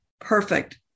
perfect